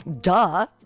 duh